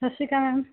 ਸਤਿ ਸ਼੍ਰੀ ਅਕਾਲ